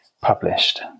published